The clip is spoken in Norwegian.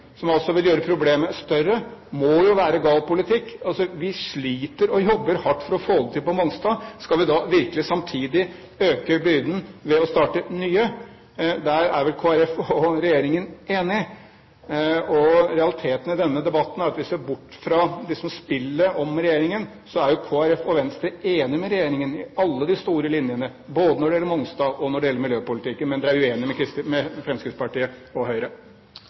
som altså vil gjøre problemet større – må være gal politikk. Vi sliter og jobber hardt for å få det til på Mongstad. Skal vi da virkelig samtidig øke byrden ved å starte nye? Der er vel Kristelig Folkeparti og regjeringen enige? Realiteten i denne debatten er at hvis vi ser bort fra liksom spillet om regjeringen, er jo Kristelig Folkeparti og Venstre enige med regjeringen i alle de store linjene, både når det gjelder Mongstad og når det gjelder miljøpolitikken. Men dere er uenige med Fremskrittspartiet og Høyre.